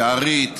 יערית,